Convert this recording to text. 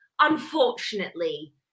unfortunately